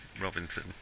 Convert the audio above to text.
Robinson